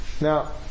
Now